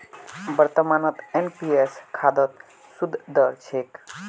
वर्तमानत एन.पी.एस खातात सूद दर की छेक